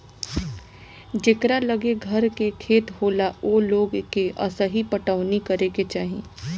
जेकरा लगे घर के खेत होला ओ लोग के असही पटवनी करे के चाही